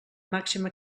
màxima